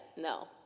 no